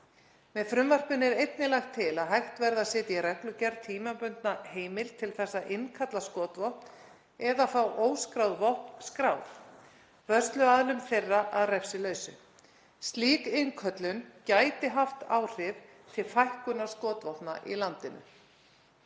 Með frumvarpinu er einnig lagt til að hægt verði að setja í reglugerð tímabundna heimild til að innkalla skotvopn eða fá óskráð vopn skráð, vörsluaðilum þeirra að refsilausu. Slík innköllun gæti haft áhrif til fækkunar skotvopna í landinu.